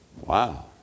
Wow